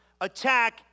Attack